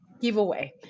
giveaway